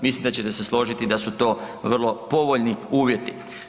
Mislim da ćete se složiti da su to vrlo povoljni uvjeti.